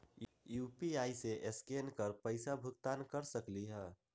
UPI से scan कर पईसा भुगतान कर सकलीहल?